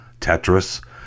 Tetris